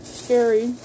scary